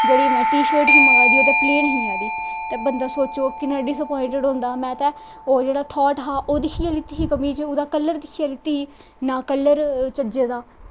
जेह्ड़ी में टीशर्ट ही मंगवाई दी ओह् ते प्लेन ही आई दी ते बंदा सोचो किन्ना डिसअपोईंटिड होंदा में ते ओह् जेह्ड़ा थाट हा ओह् दिक्खियै लैत्ती ही कमीच ओह्दा कल्लर दिक्खियै लैत्ती ही कमीच ना कल्लर चज्जे दा हैं